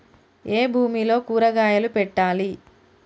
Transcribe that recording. ఏ భూమిలో కూరగాయలు పెట్టాలి?